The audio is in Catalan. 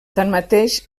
tanmateix